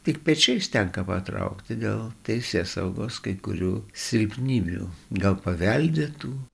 tik pečiais tenka patraukti dėl teisėsaugos kai kurių silpnybių gal peveldėtų